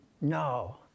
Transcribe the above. No